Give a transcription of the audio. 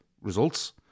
results